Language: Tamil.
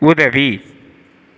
உதவி